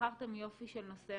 ובחרתם יופי של נושא,